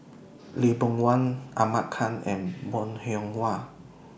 Lee Boon Wang Ahmad Khan and Bong Hiong Hwa